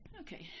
Okay